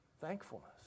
Thankfulness